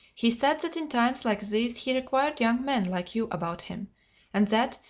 he said that in times like these he required young men like you about him and that,